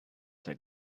that